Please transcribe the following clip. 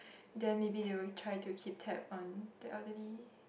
then maybe they will try to keep tab on the elderly